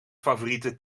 favoriete